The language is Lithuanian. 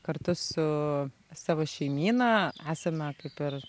kartu su savo šeimyna esame kaip ir